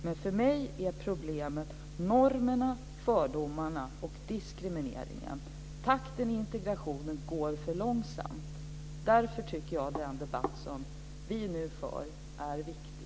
Men för mig är problemet normerna, fördomarna och diskrimineringen. Takten i integrationen är för långsam. Därför tycker jag att den debatt som vi nu för är viktig.